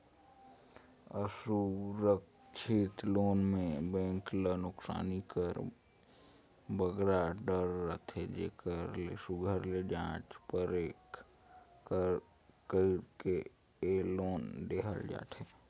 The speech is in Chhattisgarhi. असुरक्छित लोन में बेंक ल नोसकानी कर बगरा डर रहथे जेकर ले सुग्घर ले जाँच परेख कइर के ए लोन देहल जाथे